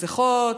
מסכות,